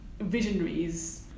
visionaries